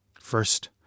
First